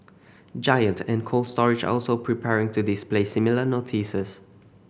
giant and Cold Storage are also preparing to display similar notices